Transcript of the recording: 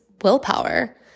willpower